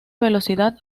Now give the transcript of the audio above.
velocidad